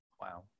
wow